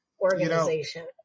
organization